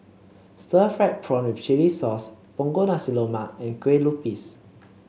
Stir Fried Prawn with Chili Sauce Punggol Nasi Lemak and Kueh Lupis